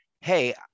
hey